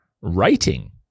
writing